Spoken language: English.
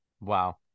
wow